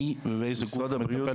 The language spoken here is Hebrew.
מי ואיזה גוף מטפל בזה?